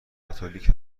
کاتولیک